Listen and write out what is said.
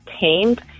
tamed